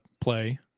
play